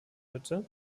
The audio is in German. hütte